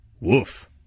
Woof